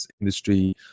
industry